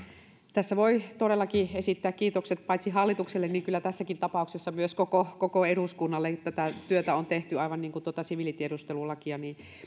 tässä voi todellakin esittää kiitokset paitsi hallitukselle myös kyllä tässäkin tapauksessa koko koko eduskunnalle tätä työtä on tehty aivan niin kuin tuota siviilitiedustelulakia